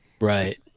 right